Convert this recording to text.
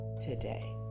today